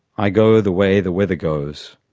i go the way the weather goes,